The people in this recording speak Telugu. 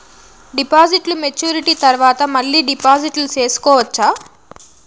డిపాజిట్లు మెచ్యూరిటీ తర్వాత మళ్ళీ డిపాజిట్లు సేసుకోవచ్చా?